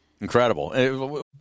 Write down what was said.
Incredible